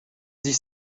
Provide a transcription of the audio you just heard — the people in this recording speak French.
dix